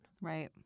Right